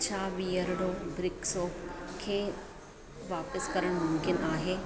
छा बीयरडो brick soap खे वापसि करण मुमकिन आहे